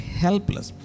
helpless